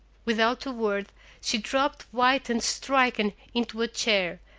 without a word she dropped white and stricken into a chair,